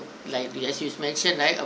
like as you mention right